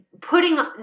putting